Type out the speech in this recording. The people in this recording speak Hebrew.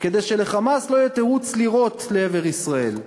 כדי של"חמאס" לא יהיה תירוץ לירות לעבר ישראל.